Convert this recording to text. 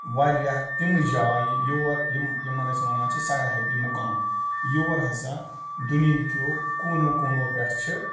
واریاہ تِمہٕ جایہِ یور یِم یِمن أسۍ وَنان چھِ سَیاحتی مُقام یور ہسا دُنہیٖکیو کوٗنو کوٗنو پٮ۪ٹھ چھِ